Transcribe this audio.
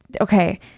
okay